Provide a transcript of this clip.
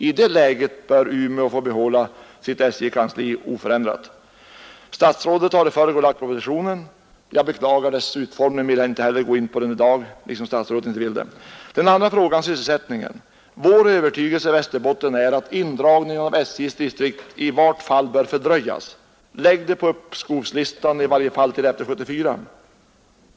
I det läget bör Statsrådet har i förrgår framlagt propositionen. Jag beklagar dess utformning och vill inte gå in på den i dag, liksom inte heller han vill det. Den andra frågan gäller sysselsättningen. Vår övertygelse i Västerbotten är att indragningen av SJ:s distrikt i varje fall bör fördröjas och sättas upp på uppskovslistan, i varje fall till efter år 1974.